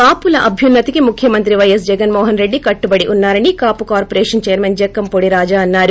కాపుల అభ్యున్నతికి ముఖ్యమంత్రి వైఎస్ జగన్మోహన్రెడ్డి కట్టుబడి ఉన్నారని కాపు కార్పొరేషన్ చైర్మన్ జక్కంపూడి రాజా అన్నారు